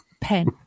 pen